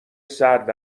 سرد